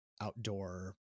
outdoor